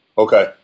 Okay